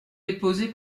déposé